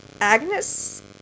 Agnes